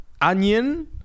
onion